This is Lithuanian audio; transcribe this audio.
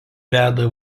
veda